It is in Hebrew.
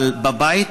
אבל בבית,